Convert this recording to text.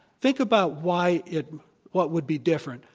think about why it what would be different.